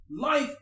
Life